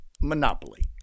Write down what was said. Monopoly